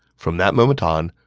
from that moment on,